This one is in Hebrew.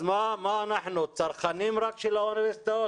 אז מה אנחנו, רק צרכנים של האוניברסיטאות?